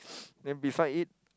then beside it